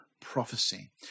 prophecy